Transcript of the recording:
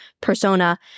persona